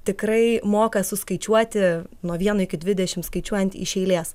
tikrai moka suskaičiuoti nuo vieno iki dvidešimt skaičiuojant iš eilės